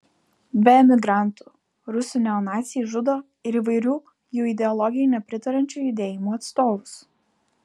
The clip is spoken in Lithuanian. be emigrantų rusų neonaciai žudo ir įvairių jų ideologijai nepritariančių judėjimų atstovus